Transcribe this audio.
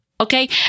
Okay